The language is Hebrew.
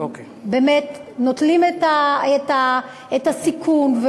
באמת נוטלים את הסיכון,